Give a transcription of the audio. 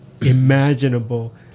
imaginable